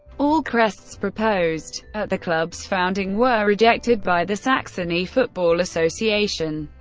all crests proposed at the club's founding were rejected by the saxony football association,